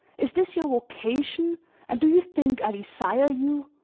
is this your vocation and do you think i desire you?